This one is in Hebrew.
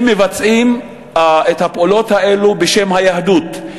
הם מבצעים את הפעולות האלה בשם היהדות,